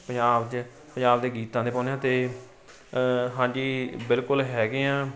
ਪੰਜਾਬ 'ਚ ਪੰਜਾਬ ਦੇ ਗੀਤਾਂ 'ਤੇ ਪਾਉਂਦੇ ਆ ਅਤੇ ਹਾਂਜੀ ਬਿਲਕੁਲ ਹੈਗੇ ਹਾਂ